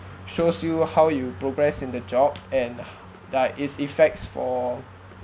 shows you how you progressed in the job and like its effects for